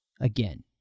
again